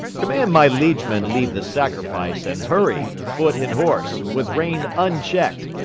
command my liegemen leave the sacrifice and hurry, foot and horse, with rein unchecked,